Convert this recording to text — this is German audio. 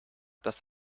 dass